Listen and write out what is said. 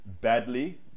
badly